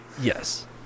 Yes